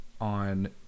on